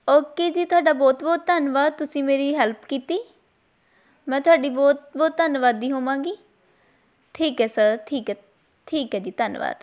okay ਜੀ ਤੁਹਾਡਾ ਬਹੁਤ ਬਹੁਤ ਧੰਨਵਾਦ ਤੁਸੀਂ ਮੇਰੀ ਹੈਲਪ ਕੀਤੀ ਮੈਂ ਤੁਹਾਡੀ ਬਹੁਤ ਬਹੁਤ ਧੰਨਵਾਦੀ ਹੋਵਾਂਗੀ ਠੀਕ ਹੈ ਸਰ ਠੀਕ ਹੈ ਠੀਕ ਹੈ ਜੀ ਧੰਨਵਾਦ